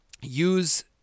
use